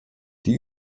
die